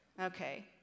Okay